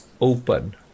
open